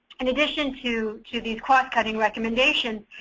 in addition to to these cost cutting recommendation.